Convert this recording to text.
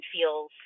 feels